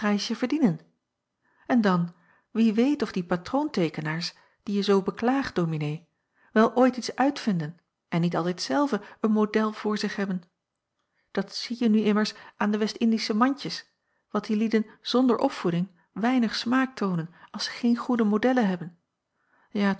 prijsje verdienen en dan wie weet of die patroonteekenaars die je zoo beklaagt dominee wel ooit iets uitvinden en niet altijd zelve een model voor zich hebben dat zieje nu immers aan de westindische mandjes wat die lieden zonder opvoeding weinig smaak toonen als zij geen goede modellen hebben ja